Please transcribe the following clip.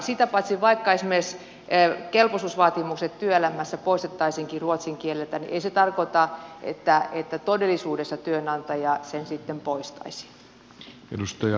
sitä paitsi vaikka esimerkiksi ruotsin kieli työelämässä poistettaisiinkin kelpoisuusvaatimuksista niin ei se tarkoita että todellisuudessa työnantaja sen sitten poistaisi